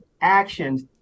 actions